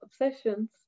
obsessions